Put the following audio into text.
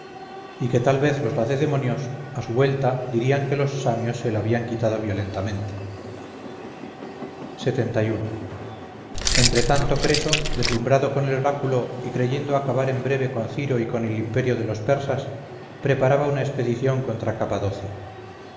y que tal vez los lacedemonios a su vuelta dirían que los samios se la habían quitado violentamente entretanto creso deslumbrado con el oráculo y creyendo acabar en breve con ciro y con el imperio de los persas preparaba una expedición contra capadocia